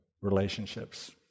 relationships